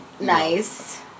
nice